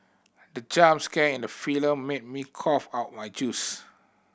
the jump scare in the film made me cough out my juice